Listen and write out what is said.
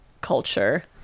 culture